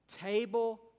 table